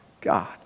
God